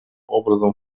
образом